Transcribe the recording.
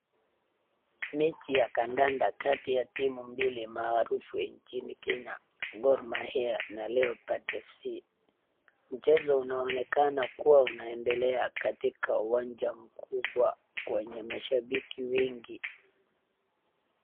Mechi ya kandanda kati ya timu mbili maarufu nchini Kenya, Gor Mahia na Leopards FC mchezo unaonekana kuwa unaendelea katika uwanja mkubwa wenye mashabiki wengi.